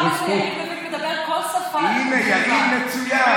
יריב לוין מדבר כל שפה, הינה, יריב מצוין.